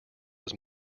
was